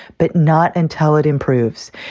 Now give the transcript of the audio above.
but not until it improves.